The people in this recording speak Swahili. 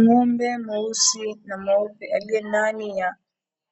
Ng'ombe mweusi na mweupe aliye ndani ya